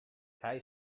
kaj